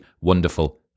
wonderful